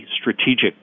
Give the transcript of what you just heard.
strategic